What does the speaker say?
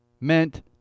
meant